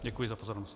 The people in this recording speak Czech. Děkuji za pozornost.